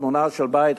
תמונה של בית,